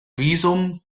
visum